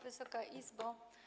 Wysoka Izbo!